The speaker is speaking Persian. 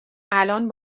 الان